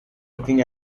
looking